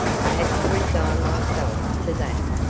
i had to resign myself to that.